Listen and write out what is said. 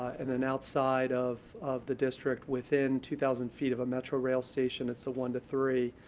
and then outside of of the district within two thousand feet of a metrorail station it's a one to three.